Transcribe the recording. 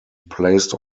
placed